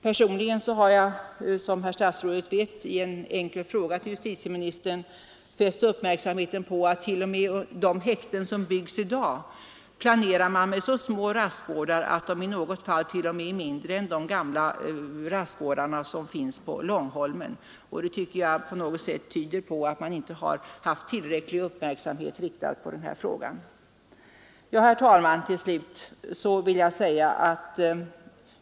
Personligen har jag, som herr statsrådet vet, i en enkel fråga till justitieministern fäst uppmärksamheten på att t.o.m. de häkten som byggs i dag planeras med så små rastgårdar att de i något fall är mindre än de gamla rastgårdar som finns på Långholmen. Det tycker jag på något vis tyder på att man inte haft tillräcklig uppmärksamhet riktad på den här frågan. Herr talman!